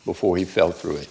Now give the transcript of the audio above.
before he fell through it